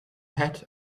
hat